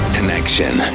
Connection